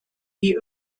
wie